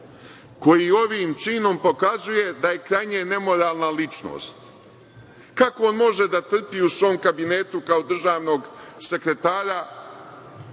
koji ovim činom pokazuje da je krajnje nemoralna ličnost. Kako on može da trpi u svom kabinetu kao državnog sekretara